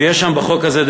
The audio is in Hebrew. ויש שם בחוק הזה,